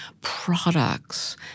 products